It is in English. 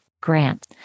grant